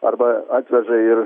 arba atveža ir